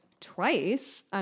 twice